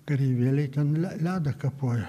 kareivėliai ten ledą kapoja